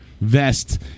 vest